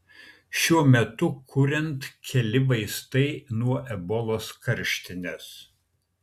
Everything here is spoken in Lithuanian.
šiuo metu kuriant keli vaistai nuo ebolos karštinės